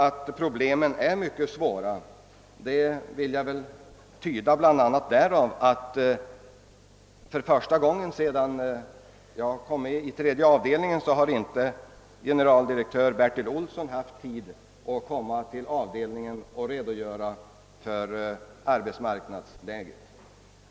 Att problemen är mycket svåra synes mig framgå bl.a. därav att generaldirektör Bertil Olsson för första gången sedan jag kom med i tredje avdelningen inte har haft tid att komma till avdelningen för att redogöra för arbetsmarknadsläget.